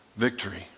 victory